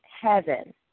heaven